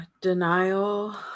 Denial